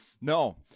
No